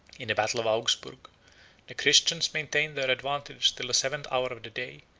in the battle of augsburgh the christians maintained their advantage till the seventh hour of the day,